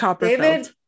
David